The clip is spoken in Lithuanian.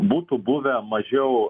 būtų buvę mažiau